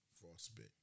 frostbite